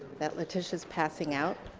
that leticia's passing out.